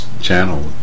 channel